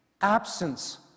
absence